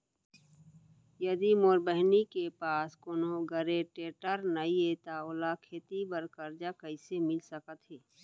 यदि मोर बहिनी के पास कोनो गरेंटेटर नई हे त ओला खेती बर कर्जा कईसे मिल सकत हे?